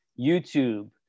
YouTube